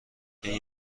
این